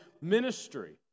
ministry